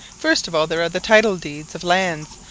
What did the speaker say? first of all there are the title-deeds of lands,